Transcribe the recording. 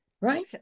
Right